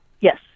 Yes